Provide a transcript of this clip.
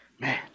Man